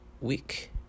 week